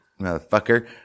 Motherfucker